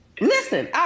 listen